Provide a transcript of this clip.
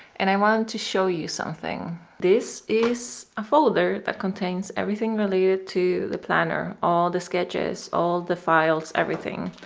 and i wanted to show you something this is a folder that contains everything related to the planner, all the sketches, all the files everything,